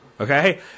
Okay